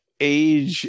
age